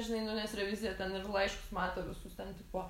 žinai nu nes revizija ten ir laiškus mato visus ten tipo